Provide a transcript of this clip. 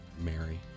Mary